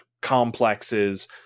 complexes